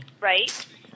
Right